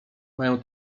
mają